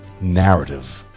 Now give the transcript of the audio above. narrative